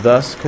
Thus